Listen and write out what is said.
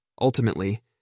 Ultimately